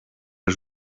els